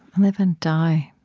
live and die.